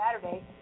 Saturday